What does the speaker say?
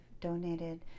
donated